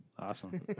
Awesome